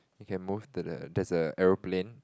we can move to the there's a aeroplane